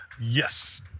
yes